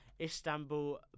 Istanbul